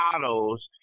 models